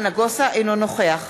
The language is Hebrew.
אינו נוכח